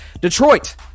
Detroit